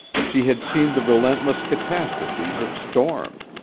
she had seen the relentless catastrophes of storm.